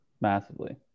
Massively